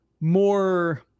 more